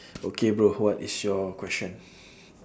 okay bro what is your question